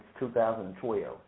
2012